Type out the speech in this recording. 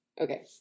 okay